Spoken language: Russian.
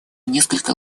несколько